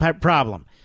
problem